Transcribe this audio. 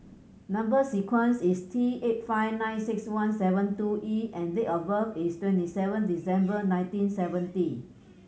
number sequence is T eight five nine six one seven two E and date of birth is twenty seven December nineteen seventy